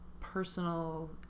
personal